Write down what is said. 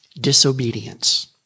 disobedience